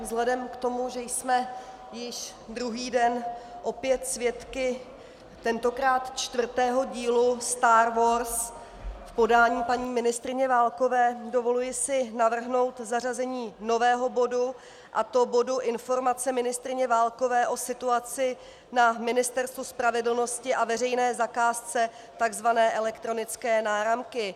Vzhledem k tomu, že jsme již druhý den opět svědky tentokrát čtvrtého dílu star war v podání paní ministryně Válkové, dovoluji si navrhnout zařazení nového bodu, a to bodu Informace ministryně Válkové o situaci na Ministerstvu spravedlnosti a veřejné zakázce tzv. elektronické náramky.